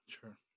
sure